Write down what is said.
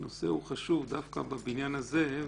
הנושא הוא חשוב דווקא בבניין הזה,